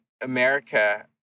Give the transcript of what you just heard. America